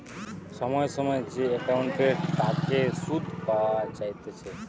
সময় সময় যে একাউন্টের তাকে সুধ পাওয়া যাইতেছে